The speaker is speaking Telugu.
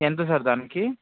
ఎంత సార్ దానికి